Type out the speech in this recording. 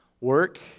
work